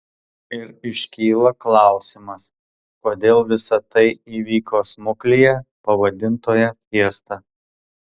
ir iškyla klausimas kodėl visa tai įvyko smuklėje pavadintoje fiesta